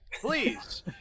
Please